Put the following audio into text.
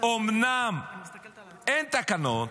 אומנם אין תקנון,